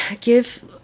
give